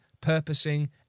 purposing